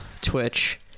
Twitch